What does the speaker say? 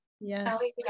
yes